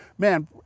Man